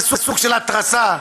זה סוג של התרסה?